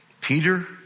Peter